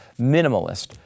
minimalist